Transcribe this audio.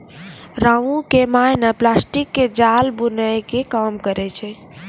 रामू के माय नॅ प्लास्टिक के जाल बूनै के काम करै छै